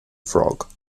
frog